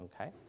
okay